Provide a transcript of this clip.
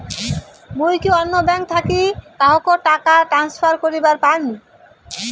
মুই কি অন্য ব্যাঙ্ক থাকি কাহকো টাকা ট্রান্সফার করিবার পারিম?